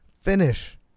Finish